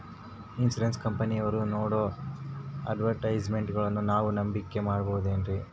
Insurance ಕಂಪನಿಯವರು ನೇಡೋ ಅಡ್ವರ್ಟೈಸ್ಮೆಂಟ್ಗಳನ್ನು ನಾವು ನಂಬಿಕೆ ಮಾಡಬಹುದ್ರಿ?